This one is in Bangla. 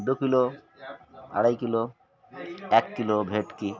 দু কিলো আড়াই কিলো এক কিলো ভেটকি